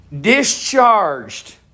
discharged